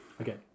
Okay